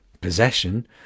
possession